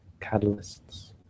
catalysts